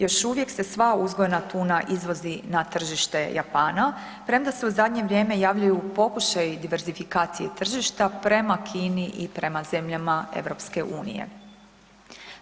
Još uvijek se sva uzgojna tuna izvozi na tržište Japana premda se u zadnje vrijeme javljaju pokušaju diversifikacije tržišta prema Kini i prema zemljama EU-a.